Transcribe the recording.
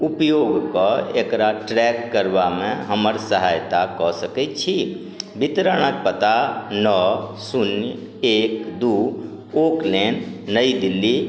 उपयोग कऽ एकरा ट्रैक करबामे हमर सहायता कऽ सकय छी वितरणक पता नओ शून्य एक दू ओकलेन नई दिल्ली